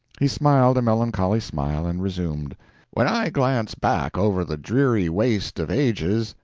he smiled a melancholy smile and resumed when i glance back over the dreary waste of ages,